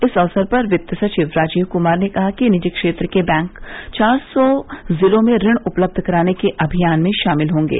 इस अवसर पर वित्त सविव राजीव कुमार ने कहा कि निजी क्षेत्र के बैंक चार सौ जिलों में ऋण उपलब्ध कराने के अमियान में शामिल होंगे